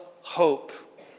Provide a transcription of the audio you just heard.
hope